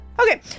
Okay